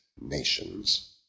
nations